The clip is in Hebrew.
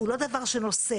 הוא לא דבר שנוסע.